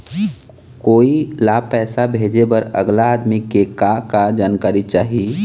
कोई ला पैसा भेजे बर अगला आदमी के का का जानकारी चाही?